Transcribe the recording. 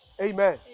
Amen